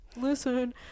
Listen